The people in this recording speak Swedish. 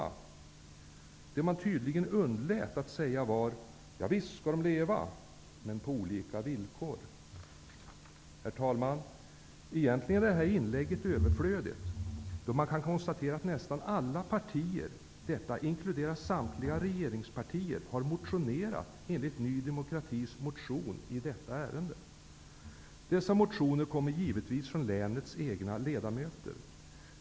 Det som man tydligen underlät att säga var: Javisst skall det leva -- men under olika villkor! Herr talman! Egentligen är detta inlägg överflödigt, då man kan konstatera att nästan alla partier -- detta inkluderar samtliga regeringspartier -- har motionerat enligt Ny demokratis motion i detta ärende. Dessa motioner kommer givetvis från länets egna ledamöter.